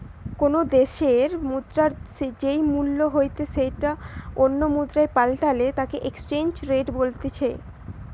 কোনো দ্যাশের মুদ্রার যেই মূল্য হইতে সেটো অন্য মুদ্রায় পাল্টালে তাকে এক্সচেঞ্জ রেট বলতিছে